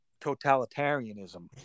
totalitarianism